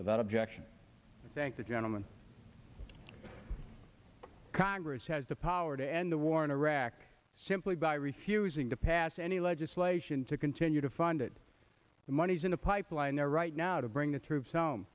without objection thank the gentleman congress has the power to end the war in iraq simply by refusing to pass any legislation to continue to fund it the monies in the pipeline right now to bring the troops home